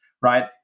right